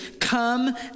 come